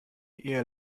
ihr